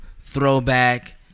throwback